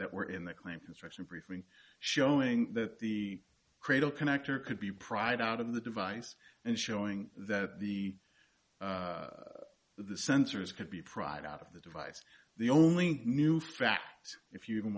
that were in the claim construction briefing showing that the cradle connector could be pried out of the device and showing that the the sensors could be pried out of the device the only new fact if you